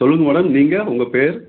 சொல்லுங்கள் மேடம் நீங்கள் உங்கள் பேர்